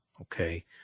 Okay